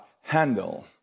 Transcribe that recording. handle